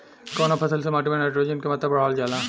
कवना फसल से माटी में नाइट्रोजन के मात्रा बढ़ावल जाला?